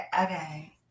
Okay